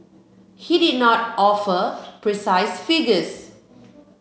he did not offer precise figures